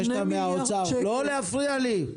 לא להפריע לי.